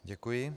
Děkuji.